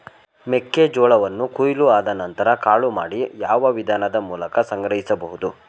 ಮೆಕ್ಕೆ ಜೋಳವನ್ನು ಕೊಯ್ಲು ಆದ ನಂತರ ಕಾಳು ಮಾಡಿ ಯಾವ ವಿಧಾನದ ಮೂಲಕ ಸಂಗ್ರಹಿಸಬಹುದು?